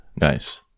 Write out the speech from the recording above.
Nice